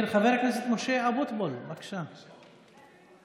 ונעשה טוב למדינת ישראל,